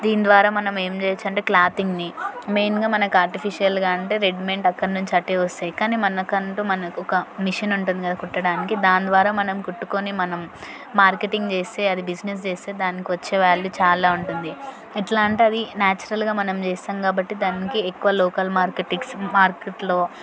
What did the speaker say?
దీని ద్వారా మనం ఏమి చేయచ్చు అంటే క్లాతింగ్ని మెయిన్గా మనకు ఆర్టిఫీషియల్గా అంటే రెడీమేడ్ అక్కడ నుంచి అటే వస్తాయి కానీ మనకంటు మనకు ఒక మిషిన్ ఉంటుంది కదా కుట్టడానికి దాని ద్వారా మనం కుట్టుకుని మనం మార్కెటింగ్ చేస్తే అది బిజినెస్ చేస్తే దానికి వచ్చే వాల్యూ చాలా ఉంటుంది ఎట్లా అంటే అది నాచురల్గా మనం చేస్తాం కాబట్టి దానికి ఎక్కువ లోకల్ మార్కెటిక్స్ మార్కెట్లో